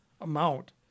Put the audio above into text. amount